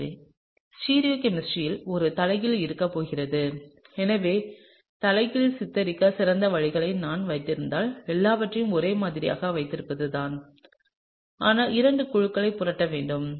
எனவே ஸ்டீரியோ கெமிஸ்ட்ரியில் ஒரு தலைகீழ் இருக்கப் போகிறது எனவே தலைகீழ் சித்தரிக்க சிறந்த வழியை நான் வைத்திருந்தால் எல்லாவற்றையும் ஒரே மாதிரியாக வைத்திருப்பதுதான் ஆனால் இரண்டு குழுக்களைப் புரட்ட வேண்டும்